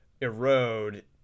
erode